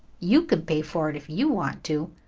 you can pay for it if you want to.